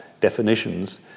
definitions